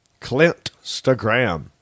Clintstagram